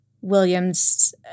Williams